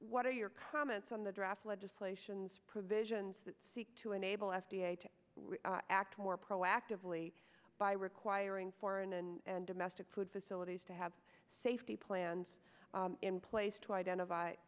what are your comments on the draft legislation provisions that seek to enable f d a to act more proactively by requiring foreign and domestic food facilities to have safety plans in place to identify